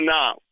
now